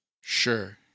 Sure